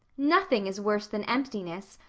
nothing is worse than emptiness.